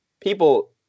People